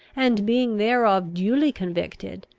and being thereof duly convicted,